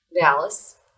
Dallas